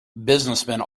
businessmen